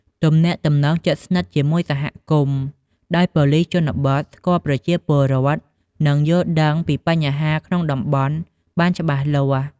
ទំនាក់ទំនងជិតស្និទ្ធជាមួយសហគមន៍ ដោយប៉ូលិសជនបទស្គាល់ប្រជាពលរដ្ឋ និងយល់ដឹងពីបញ្ហាក្នុងតំបន់បានច្បាស់លាស់។